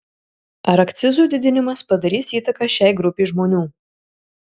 ar akcizų didinimas padarys įtaką šiai grupei žmonių